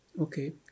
Okay